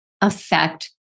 affect